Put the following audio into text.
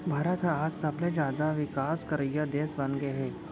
भारत ह आज सबले जाता बिकास करइया देस बनगे हे